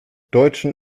deutschen